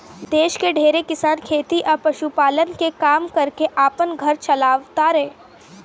देश के ढेरे किसान खेती आ पशुपालन के काम कर के आपन घर चालाव तारे